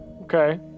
Okay